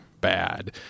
bad